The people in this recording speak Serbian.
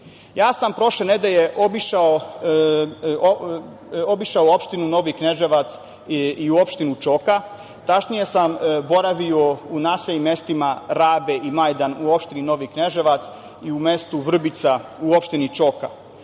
sam prošle nedelje obišao Opštinu Novi Kneževac i Opštinu Čoka. Tačnije, boravio sam u naseljenim mestima Rabe i Majdan u Opštini Novi Kneževac i u mestu Vrbica u Opštini Čoka.